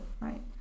right